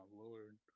lord